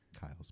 Kyle's